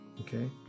okay